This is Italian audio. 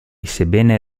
sebbene